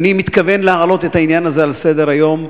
ואני מתכוון להעלות את העניין הזה על סדר-היום,